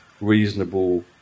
reasonable